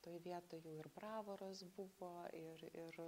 toj vietoj jau ir bravoras buvo ir ir